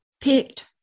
picked